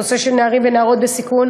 הנושא של נערים ונערות בסיכון